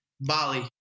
bali